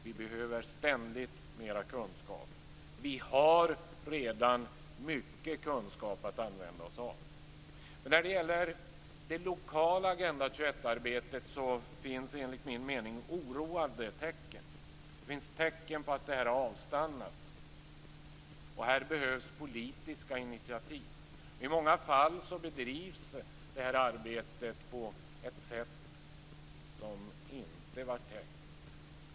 Vi behöver ständigt mer kunskap. Vi har redan mycket kunskap att använda oss av. Men när det gäller det lokala Agenda 21-arbetet finns det enligt min mening oroande tecken. Det finns tecken på att det här har avstannat. Här behövs politiska initiativ. I många fall bedrivs det här arbetet på ett sätt som inte var tänkt.